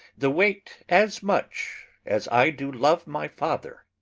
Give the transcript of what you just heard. the weight as much as i do love my father.